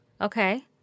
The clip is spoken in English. Okay